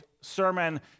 sermon